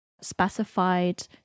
specified